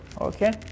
okay